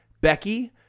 Becky